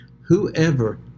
Whoever